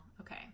Okay